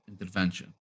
intervention